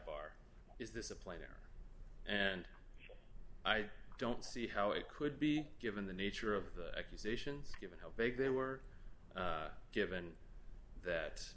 bar is this a play there and i don't see how it could be given the nature of the accusations given how big they were given that